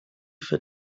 for